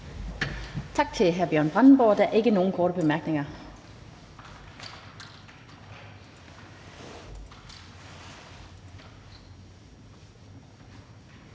Tak til hr. Bjørn Brandenborg. Der er ikke nogen korte bemærkninger.